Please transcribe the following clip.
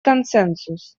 консенсус